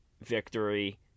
victory